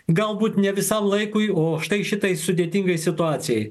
galbūt ne visam laikui o štai šitai sudėtingai situacijai